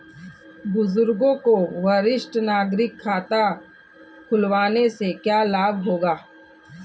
बुजुर्गों को वरिष्ठ नागरिक खाता खुलवाने से क्या लाभ होगा?